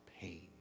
pain